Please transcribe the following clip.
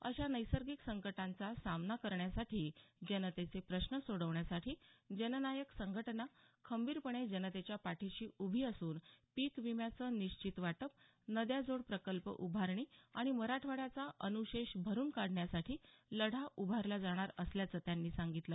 अशा नैसर्गिक संकटाचा सामना करण्यासाठी जनतेचे प्रश्न सोडवण्यासाठी जननायक संघटना खंबीरपणे जनतेच्या पाठीशी उभी असून पिक विम्याचं निश्चित वाटप नद्या जोड प्रकल्प उभारणी आणि मराठवाड्याचा अनुशेष भरून काढण्यासाठी लढा उभारला जाणार असल्याचं त्यांनी सांगितलं